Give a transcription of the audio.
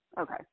okay